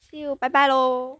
see you 拜拜喽